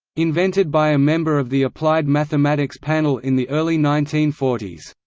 invented by a member of the applied mathematics panel in the early nineteen forty s.